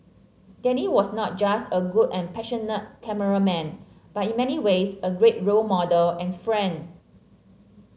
Danny was not just a good and passionate cameraman but in many ways a great role model and friend